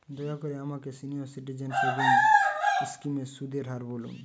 দয়া করে আমাকে সিনিয়র সিটিজেন সেভিংস স্কিমের সুদের হার বলুন